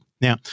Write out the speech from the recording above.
Now